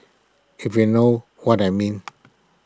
if you know what I mean